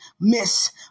miss